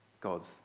God's